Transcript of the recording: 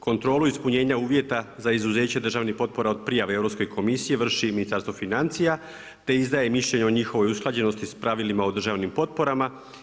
Kontrolu ispunjenja uvjeta za izuzeće državnih potpora od prijave Europske komisije vrši i Ministarstvo financija, te izdaje mišljenje o njihovoj usklađenosti s pravilima o državnim potporama.